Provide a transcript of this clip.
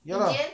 ya lah